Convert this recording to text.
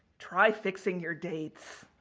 try fixing your dates,